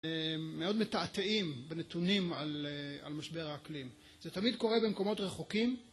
מאוד מתעתעים בנתונים על על משבר האקלים זה תמיד קורה במקומות רחוקים